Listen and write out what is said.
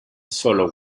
solo